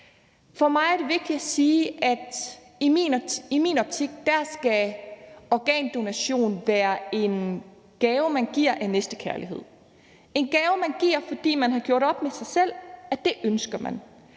For mig er det vigtigt at sige, at i min optik skal organdonation være en gave, man giver af næstekærlighed – en gave, man giver, fordi man har gjort op med sig selv, at det ønsker man.